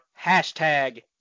hashtag